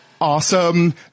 awesome